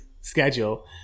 schedule